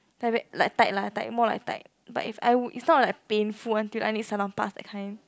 like very like tight lah tight more like tight but i would it's not like painful until I need Salonpas that kind